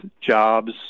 jobs